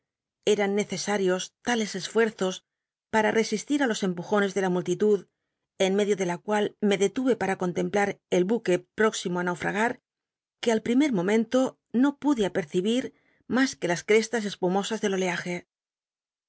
eran necesarios tales esfuerzos para resistir á los empujones de la mu ltitud en medio de la cual me delme para con templar el buque próximo á naufr'aga r que al primer momen to no pude apercibir mas que las crestas espumosas del oleaje